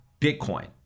Bitcoin